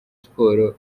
sports